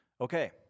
Okay